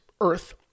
earth